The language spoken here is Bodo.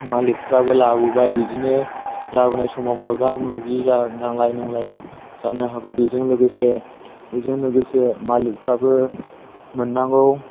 मालिकफ्राबो लाबोबाय बिदिनो लाबोनाय समाव मोगा मोगि नांलाय नुंलाय जानो हागौ बेजों लोगोसे मालिकफोराबो मोननांगौ